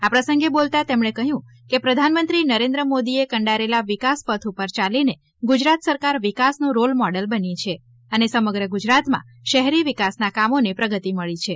આ પ્રસંગે બોલતા તેમણે કહ્યું કે પ્રધાનમંત્રી નરેન્દ્ર મોદીએ કંડારેલા વિકાસ પથ ઉપર યાલીને ગુજરાત સરકાર વિકાસનું રોલમોડલ બની છે અને સમગ્ર ગુજરાતમાં શહેરી વિકાસના કામોને ગતિ મળી છે